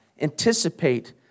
Anticipate